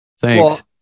Thanks